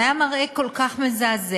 זה היה מראה כל כך מזעזע,